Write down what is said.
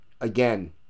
again